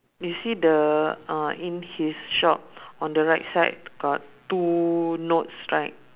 you see the uh in his shop on the right side got two notes right